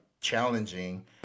challenging